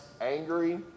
angry